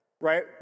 right